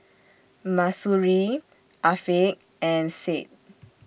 Mahsuri Afiq and Said